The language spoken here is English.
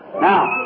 Now